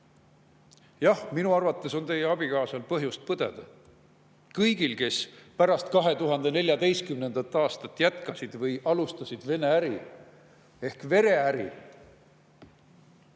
Jah, minu arvates on teie abikaasal põhjust põdeda, kõigil on, kes pärast 2014. aastat jätkasid või alustasid Venemaaga äri ehk vereäri.